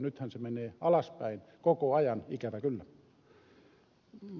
nythän se menee alaspäin koko ajan ikävä kyllä